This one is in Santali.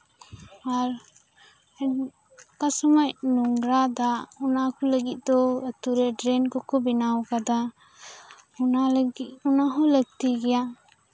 ᱟᱨ ᱮᱱ ᱚᱠᱟ ᱥᱚᱢᱚᱭ ᱱᱚᱝᱨᱟ ᱫᱟᱜ ᱚᱱᱟ ᱠᱩ ᱞᱟᱹᱜᱤᱫ ᱫᱚ ᱟ ᱛᱩ ᱨᱮ ᱰᱨᱮᱱ ᱠᱚᱠᱩ ᱵᱮᱱᱟᱣ ᱟᱠᱟᱫᱟ ᱚᱱᱟ ᱞᱟᱹᱜᱤᱫ ᱚᱱᱟ ᱦᱚᱸ ᱞᱟᱹᱠᱛᱤ ᱜᱮᱭᱟ